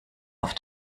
auf